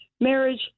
Marriage